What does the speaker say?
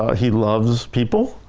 he loves people,